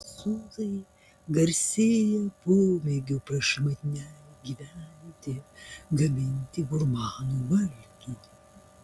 prancūzai garsėja pomėgiu prašmatniai gyventi gaminti gurmanų valgį